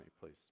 please